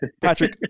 Patrick